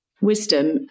wisdom